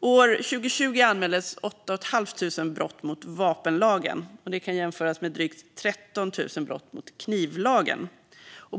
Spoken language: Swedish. År 2020 anmäldes 8 500 brott mot vapenlagen. Det kan jämföras med drygt 13 000 brott mot knivlagen.